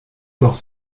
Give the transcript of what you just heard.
corps